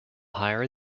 higher